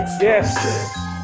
Yes